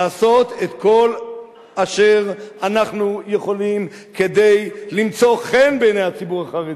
לעשות את כל אשר אנחנו יכולים כדי למצוא חן בעיני הציבור החרדי,